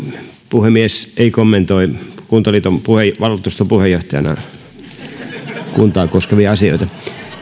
puhemies ei kommentoi kuntaliiton valtuuston puheenjohtajana kuntaa koskevia asioita